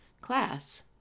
Class